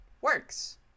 works